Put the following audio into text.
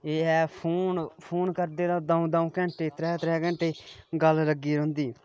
एह् ऐ फोन करदे तां दऊं दऊं घैण्टे त्रै त्रै घैण्टे गल्ल लग्गी दी रौंह्दी